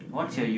mmhmm